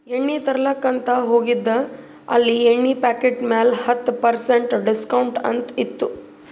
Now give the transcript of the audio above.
ಎಣ್ಣಿ ತರ್ಲಾಕ್ ಅಂತ್ ಹೋಗಿದ ಅಲ್ಲಿ ಎಣ್ಣಿ ಪಾಕಿಟ್ ಮ್ಯಾಲ ಹತ್ತ್ ಪರ್ಸೆಂಟ್ ಡಿಸ್ಕೌಂಟ್ ಅಂತ್ ಇತ್ತು